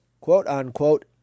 quote-unquote